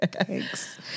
Thanks